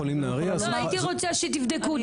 הייתי רוצה שתבדקו את זה,